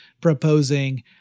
proposing